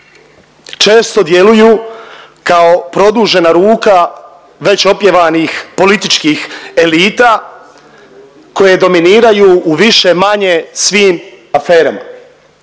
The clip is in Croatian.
često djeluju kao produžena ruka već opjevanih političkih elita koje dominiraju u više-manje svim aferama.